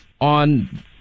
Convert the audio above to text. on